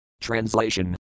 Translation